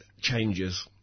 changes